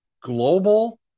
Global